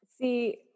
See